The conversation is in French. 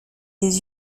des